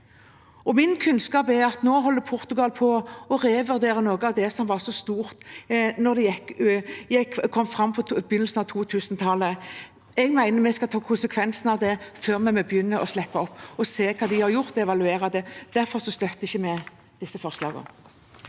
Min kunnskap er at Portugal nå holder på med å revurdere det som var så stort da det kom på begynnelsen av 2000-tallet. Jeg mener vi må ta konsekvensen av det før vi begynner å slippe opp, og se på hva de har gjort, og evaluere det. Derfor støtter vi ikke disse forslagene.